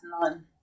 none